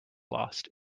lost